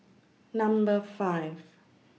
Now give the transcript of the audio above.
Number five